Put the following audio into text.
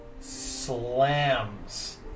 slams